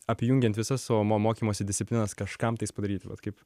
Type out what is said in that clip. apjungiant visas savo mo mokymosi disciplinas kažkam tais padaryti vat kaip